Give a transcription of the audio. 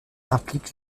implique